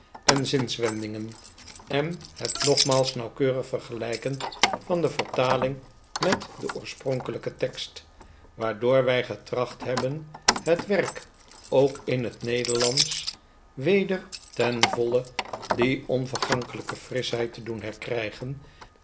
en zinswendingen en het nogmaals nauwkeurig vergelijken van de vertaling met den borspronkelijken tekst waardoor wij getracht hebben het werk ook in het nederlandsch weder ten voile die onvergankelrjke frischheid te doen herkrijgen